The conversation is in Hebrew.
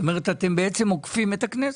זאת אומרת אתם בעצם עוקפים את הכנסת.